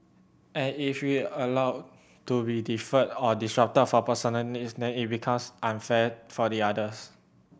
and if we allow to be deferred or disrupted for personal needs then it becomes unfair for the others